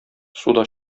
суда